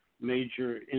major